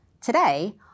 Today